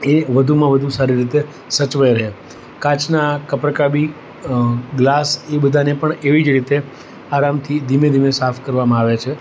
એ વધુમાં વધુ સારી રીતે સચવાઈ રહે કાચના કપ રકાબી ગ્લાસ એ બધાને પણ એવી જ રીતે આરામથી ધીમે ધીમે સાફ કરવામાં આવે છે